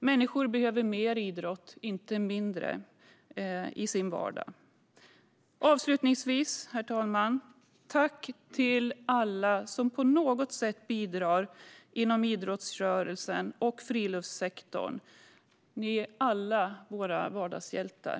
Människor behöver mer idrott i sin vardag - inte mindre. Avslutningsvis, herr talman, vill jag säga tack till alla som på något sätt bidrar inom idrottsrörelsen och friluftssektorn. Ni är alla våra vardagshjältar.